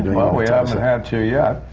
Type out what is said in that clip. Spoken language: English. well, we haven't had to yet.